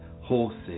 horses